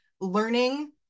learning